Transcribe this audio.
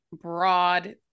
broad